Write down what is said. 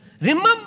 Remember